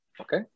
Okay